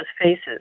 faces